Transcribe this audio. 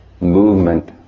movement